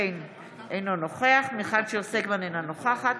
אינו נוכח מיכל שיר סגמן, אינה נוכחת